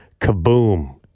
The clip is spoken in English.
Kaboom